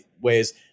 ways